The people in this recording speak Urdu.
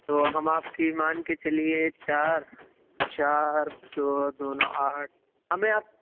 تو ہم آپ کی مان کے چلیے چار چار دو دو نو آٹھ ہمیں آپ